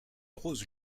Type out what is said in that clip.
rose